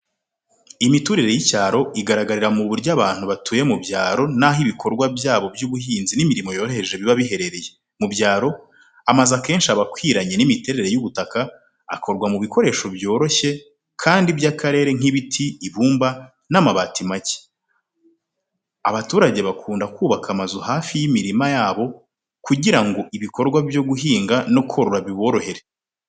Imiturire y’icyaro igaragarira mu buryo abantu batuye mu byaro n’aho ibikorwa byabo by’ubuhinzi n’imirimo yoroheje biba bihereye. Mu byaro, amazu akenshi aba akwiranye n’imiterere y’ubutaka, akorwa mu bikoresho byoroshye kandi by’akarere, nk’ibiti, ibumba, n’amabati make. Abaturage bakunda kubaka amazu hafi y’imirima yabo kugira ngo ibikorwa byo guhinga no korora biborohere.